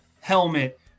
helmet